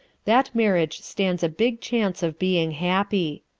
that marriage stands a big chance of being happy.